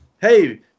hey